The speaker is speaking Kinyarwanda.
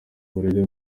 uburere